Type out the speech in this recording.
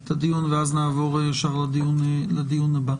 את הדיון ואז נעבור ישר לדיון הבא.